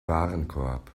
warenkorb